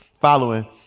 following